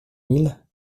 mille